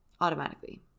Automatically